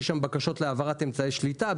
יש שם בקשות להעברת אמצעי שליטה,